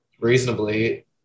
reasonably